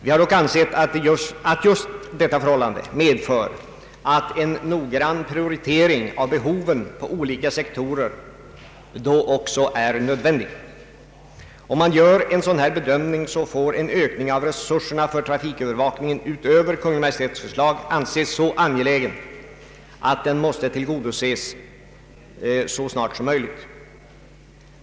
Vi har dock ansett att just detta förhållande medför att en noggrann prioritering av behoven på olika sektorer då också är nödvändig. Om man gör en sådan här bedömning så får en ökning av resurserna för trafikövervakningen utöver Kungl. Maj:ts förslag anses så angelägen att den måste tillgodoses så snart som möjligt.